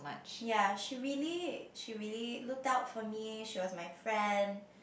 ya she really she really looked out for me eh she was my friend